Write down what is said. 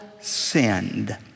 sinned